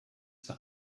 for